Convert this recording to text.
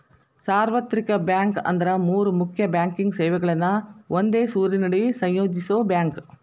ಸಾರ್ವತ್ರಿಕ ಬ್ಯಾಂಕ್ ಅಂದ್ರ ಮೂರ್ ಮುಖ್ಯ ಬ್ಯಾಂಕಿಂಗ್ ಸೇವೆಗಳನ್ನ ಒಂದೇ ಸೂರಿನಡಿ ಸಂಯೋಜಿಸೋ ಬ್ಯಾಂಕ್